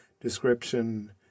description